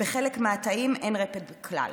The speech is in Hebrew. בחלק מהתאים אין רפד כלל.